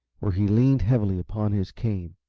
where he leaned heavily upon his cane.